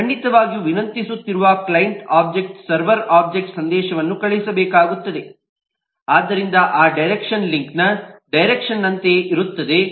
ಖಂಡಿತವಾಗಿಯೂ ವಿನಂತಿಸುತ್ತಿರುವ client object server ಒಬ್ಜೆಕ್ಟ್ಗೆ ಸಂದೇಶವನ್ನು ಕಳುಹಿಸಬೇಕಾಗುತ್ತದೆ ಆದ್ದರಿಂದ ಆ ಡೈರೆಕ್ಷನ್ ಲಿಂಕ್ನ ಡೈರೆಕ್ಷನ್ನಂತೆಯೇ ಇರುತ್ತದೆ